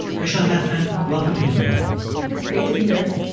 michele gelfand, welcome to hidden brain great to be here